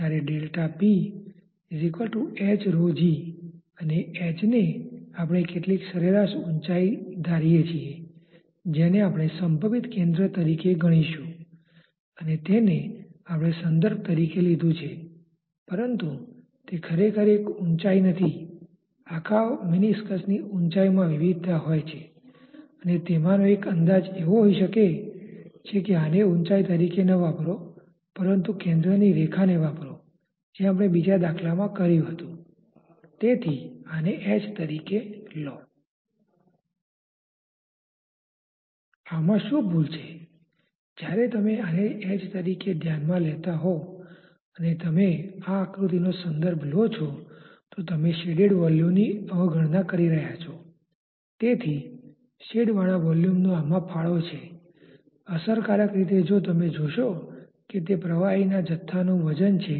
તો હવે ચાલો આપણે નવું નિયંત્રણ વોલ્યુમ કંટ્રોલ વોલ્યુમ ABCD પસંદ કરીએ જ્યાં આપણે એ કોયડામાંથી છૂટકારો મેળવવાનો પ્રયાસ કરીએ કે જેની આરપાર કોઈ પ્રવાહ નથી તેવી પ્રવાહરેખા ધ્યાનમાં લેવામાં આવી હોય પરંતુ આપણી પાસે એક નવી પ્રવાહ સીમા flow boundary flow boundary AD છે